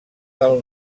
del